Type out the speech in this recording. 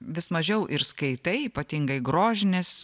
vis mažiau ir skaitai ypatingai grožinės